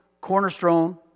cornerstone